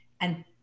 and-